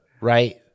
right